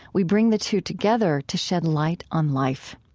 we bring the two together, to shed light on life.